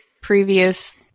previous